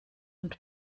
und